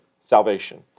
salvation